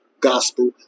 gospel